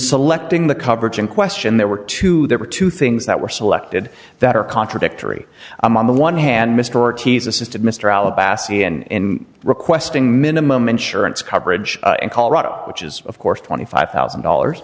selecting the coverage in question there were two there were two things that were selected that are contradictory i'm on the one hand mr ortiz assisted mr alabaster in requesting minimum insurance coverage in colorado which is of course twenty five thousand dollars